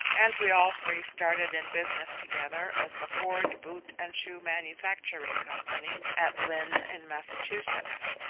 and we all three started in business together as the ford boot and shoe manufacturing company at lynn in massachusetts.